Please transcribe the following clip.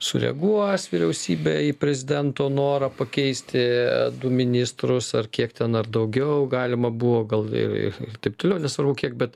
sureaguos vyriausybė į prezidento norą pakeisti du ministrus ar kiek ten ar daugiau galima buvo gal ir taip toliau nesvarbu kiek bet